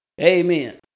Amen